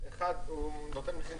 התקנות פורסמו --- בגדול,